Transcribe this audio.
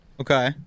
Okay